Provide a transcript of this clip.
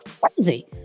crazy